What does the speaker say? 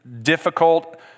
difficult